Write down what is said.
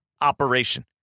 operation